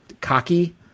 cocky